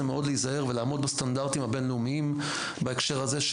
ולעמוד בסטנדרטים הבין לאומיים בהקשר הזה,